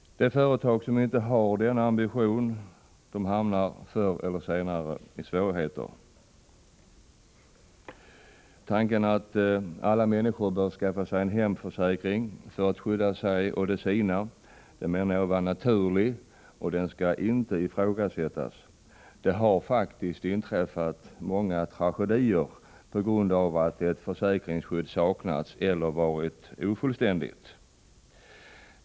De företag som inte har den ambitionen hamnar förr eller senare i svårigheter. Tanken att alla människor bör skaffa sig en hemförsäkring för att skydda sig och de sina menar jag vara naturlig och skall inte ifrågasättas. Det har inträffat många tragedier på grund av att ett försäkringsskydd har saknats eller varit ofullständigt.